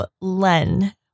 Len